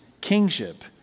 kingship